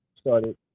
started